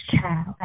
child